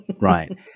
right